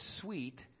sweet